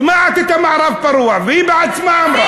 שומעת את המערב הפרוע, היא בעצמה אמרה.